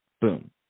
boom